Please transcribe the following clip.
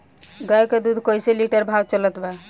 गाय के दूध कइसे लिटर भाव चलत बा?